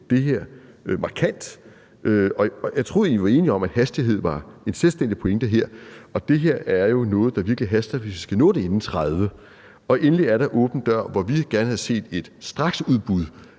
det her markant; jeg troede egentlig, vi var enige om, at hastighed var en selvstændig pointe her, og det her er jo noget, der virkelig haster, hvis vi skal nå det inden 2030. Endelig er der åben dør-ordningen, hvor vi gerne havde set et straksudbud